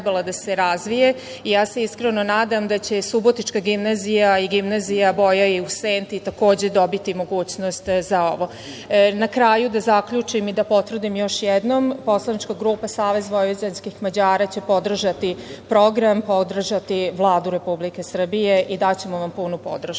i ja se iskreno nadam da će Subotička gimnazija i gimnazija u Senti takođe dobiti mogućnost za ovo. Na kraju da zaključim, da potvrdim još jednom, poslanička grupa SVM će podržati program, podržati Vladu Republike Srbije i daćemo vam punu podršku.